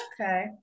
okay